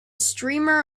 streamer